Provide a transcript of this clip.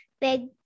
big